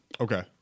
Okay